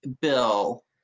bill